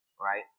right